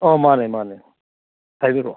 ꯑꯣ ꯃꯥꯅꯦ ꯃꯥꯅꯦ ꯍꯥꯏꯕꯤꯔꯛꯑꯣ